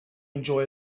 enjoy